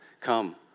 Come